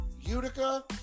Utica